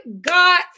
God